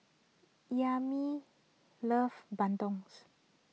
loves Bandungs